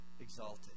exalted